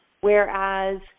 Whereas